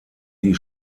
die